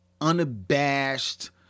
unabashed